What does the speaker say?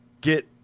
get